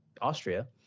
austria